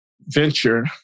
venture